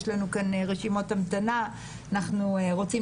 יש לנו כאן רשימות המתנה ואנחנו רוצים